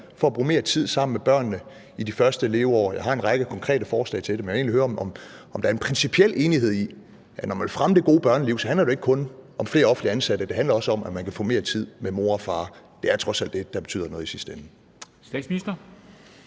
for at bruge mere tid sammen med børnene i de første leveår? Jeg har en række konkrete forslag til det, men jeg vil egentlig gerne høre, om der er en principiel enighed om, at når man vil fremme det gode børneliv, handler det ikke kun om flere offentligt ansatte, det handler også om, at børnene kan få mere tid med mor og far – det er trods alt det, der betyder noget i sidste ende.